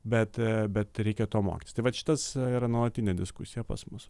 bet bet reikia to mokytis tai vat šitas yra nuolatinė diskusija pas mus